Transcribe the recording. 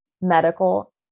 medical